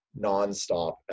nonstop